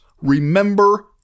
remember